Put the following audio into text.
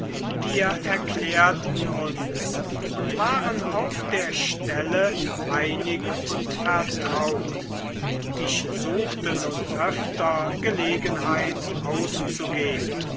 wir erklärten uns und waren auf der stelle einig und vertraut ich suchte nun öfter gelegenheit auszugehn